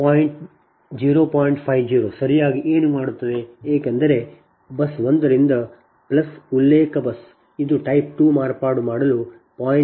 50 ಸರಿಯಾಗಿ ಏನು ಮಾಡುತ್ತದೆ ಏಕೆಂದರೆ ಬಸ್ 1 ರಿಂದ ಉಲ್ಲೇಖ ಬಸ್ ಇದು ಟೈಪ್ 2 ಮಾರ್ಪಾಡು ಮಾಡಲು 0